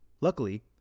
Luckily